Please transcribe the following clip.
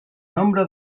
nombre